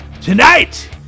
Tonight